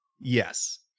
Yes